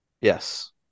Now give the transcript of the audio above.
Yes